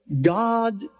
God